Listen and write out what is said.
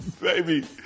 Baby